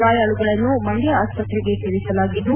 ಗಾಯಾಳುಗಳನ್ನು ಮಂಡ್ಯ ಆಸ್ಪತ್ರೆಗೆ ಸೇರಿಸಲಾಗಿದ್ದು